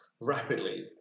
rapidly